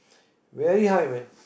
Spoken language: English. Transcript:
very high man